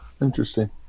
Interesting